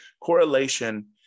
Correlation